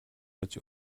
гэж